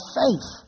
faith